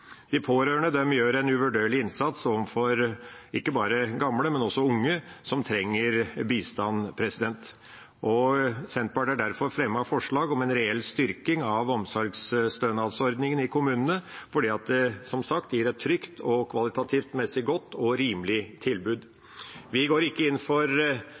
De pårørende gjør en uvurderlig innsats, ikke bare for gamle, men også for unge som trenger bistand. Senterpartiet har derfor fremmet forslag om en reell styrking av omsorgsstønadsordningen i kommunene, fordi det som sagt gir et trygt og kvalitativt godt og rimelig tilbud. Vi går ikke inn for